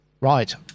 Right